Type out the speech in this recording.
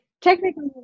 technically